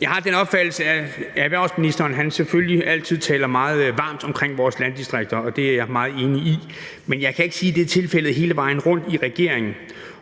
Jeg har den opfattelse, at erhvervsministeren selvfølgelig altid taler meget varmt om vores landdistrikter – og det er jeg meget enig i – men jeg kan ikke sige, at det er tilfældet hele vejen rundt i regeringen.